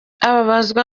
ababazwa